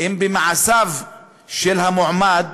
"במעשיו של המועמד"